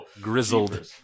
Grizzled